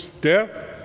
death